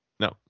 No